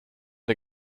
der